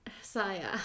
Saya